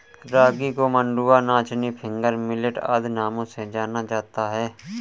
रागी को मंडुआ नाचनी फिंगर मिलेट आदि नामों से जाना जाता है